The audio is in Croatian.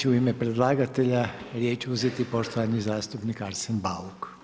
U ime predlagatelja riječ uzeti poštovani zastupnik Arsen BAuk.